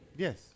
Yes